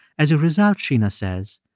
as a result, sheena says,